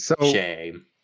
Shame